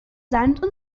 sand